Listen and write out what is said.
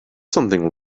something